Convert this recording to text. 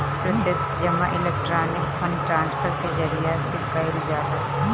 प्रत्यक्ष जमा electronic fund transfer के जरिया से कईल जाला